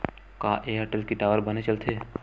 का एयरटेल के टावर बने चलथे?